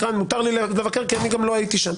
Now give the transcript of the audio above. מותר לי לבקר כי אני גם לא הייתי שם.